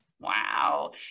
Wow